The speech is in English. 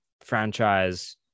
franchise